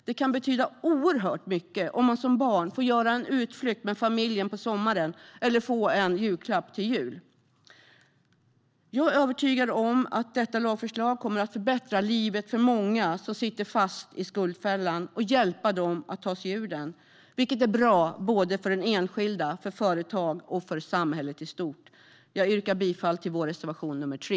Det kan betyda oerhört mycket om man som barn får göra en utflykt med familjen på sommaren eller få en julklapp till jul. Jag är övertygad om att detta lagförslag kommer att förbättra livet för många som sitter fast i skuldfällan och hjälpa dem att ta sig ur den, vilket är bra för den enskilde, för företag och för samhället i stort. Jag yrkar bifall till reservation 3.